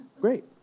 great